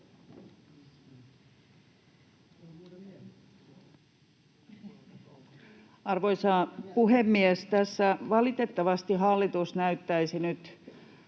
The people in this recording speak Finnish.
Arvoisa puhemies! Tässä valitettavasti hallitus näyttäisi nyt